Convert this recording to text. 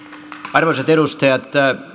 arvoisat edustajat